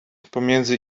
pomiędzy